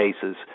cases